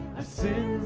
assumed